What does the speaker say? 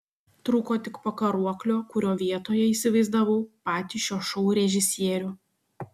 trūko tik pakaruoklio kurio vietoje įsivaizdavau patį šio šou režisierių